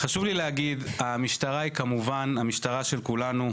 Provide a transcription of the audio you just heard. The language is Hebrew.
לי להגיד, המשטרה היא המשטרה של כולנו.